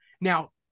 Now